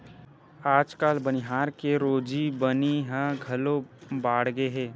आजकाल बनिहार के रोजी बनी ह घलो बाड़गे हे